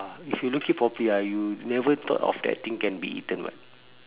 if you look it properly ah you never thought of that thing can be eaten [what]